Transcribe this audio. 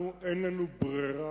אנחנו, אין לנו ברירה